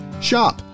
shop